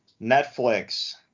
netflix